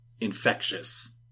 infectious